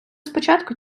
спочатку